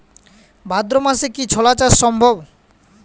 ভাদ্র মাসে কি ছোলা চাষ সম্ভব?